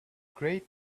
great